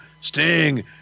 Sting